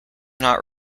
not